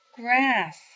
grass